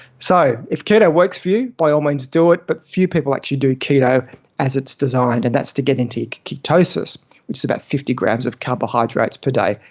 so if keto works for you, by all means do it. but few people actually do keto as it's designed, and that's to get into ketosis which is about fifty grams of carbohydrates per day,